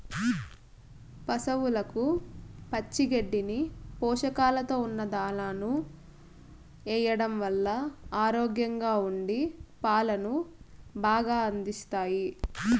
పసవులకు పచ్చి గడ్డిని, పోషకాలతో ఉన్న దానాను ఎయ్యడం వల్ల ఆరోగ్యంగా ఉండి పాలను బాగా అందిస్తాయి